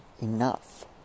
enough